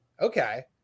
Okay